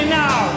now